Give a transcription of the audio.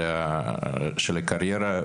של הקריירה,